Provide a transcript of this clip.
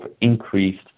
increased